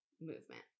movement